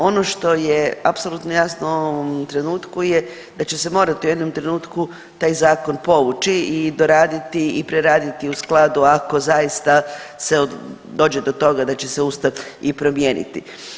Ono što je apsolutno jasno u ovom trenutku je da će se morati u jednom trenutku taj zakon povući i doraditi i preraditi u skladu, ako zaista se dođe do toga će se Ustav i promijeniti.